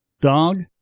Dog